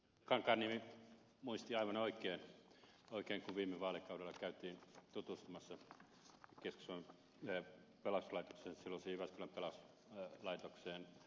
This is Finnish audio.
kankaanniemi muisti aivan oikein kun viime vaalikaudella käytiin tutustumassa keski suomen pelastuslaitokseen silloiseen jyväskylän pelastuslaitokseen